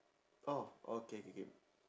oh okay K K